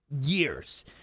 years